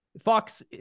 Fox